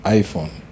iPhone